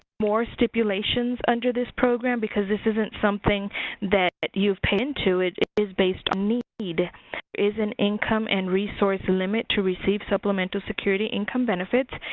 more stipulations under this program because this isn't something that you've paid into, it is based on need. there is an income and resource limit to receive supplemental security income benefits.